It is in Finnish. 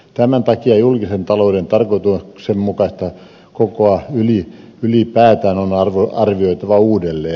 tämän takia julkisen talouden tarkoituksenmukaista kokoa ylipäätään on arvioitava uudelleen